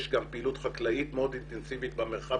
יש גם פעילות חקלאית מאוד אינטנסיבית במרחב